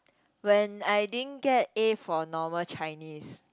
when I didn't get A for normal Chinese